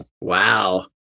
Wow